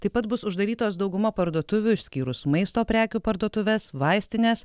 taip pat bus uždarytos dauguma parduotuvių išskyrus maisto prekių parduotuves vaistines